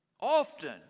often